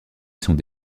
sont